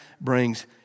brings